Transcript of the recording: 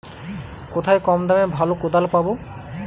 কোথায় কম দামে ভালো কোদাল পাব?